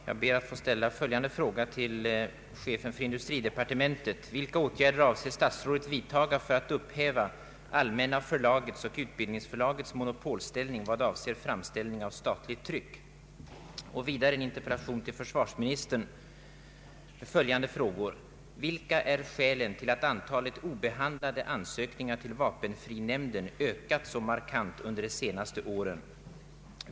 Herr talman! Behandlingen av ansökningar om vapenfri värnplikt framgår av följande statistiska uppgifter: Det synes angeläget att närmare få belyst dels frågan om orsakerna till att antalet obehandlade ansökningar är så högt, dels frågan om skälen till den växande disproportionen mellan antalet ansökningar som inlämnas och det antal som bifalles. Med hänvisning till detta hemställer jag om kammarens tillstånd att till chefen för försvarsdepartementet få ställa följande frågor: Vilka är skälen till att antalet obehandlade ansökningar ökat så markant under de senaste åren?